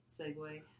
segue